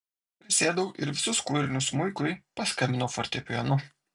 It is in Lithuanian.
prisėdau ir visus kūrinius smuikui paskambinau fortepijonu